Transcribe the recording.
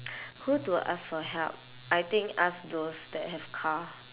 who to ask for help I think ask those that have car